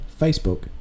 Facebook